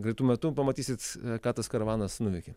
greitu metu pamatysite ką tas karavanas nuveikė